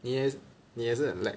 你也你也是很 lag